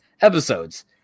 episodes